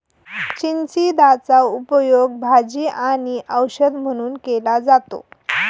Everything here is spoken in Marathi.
चिचिंदाचा उपयोग भाजी आणि औषध म्हणून केला जातो